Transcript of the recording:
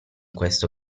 questo